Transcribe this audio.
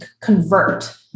convert